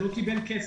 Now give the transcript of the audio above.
שלא קיבל כסף,